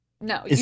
No